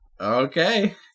Okay